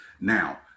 now